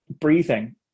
breathing